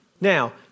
Now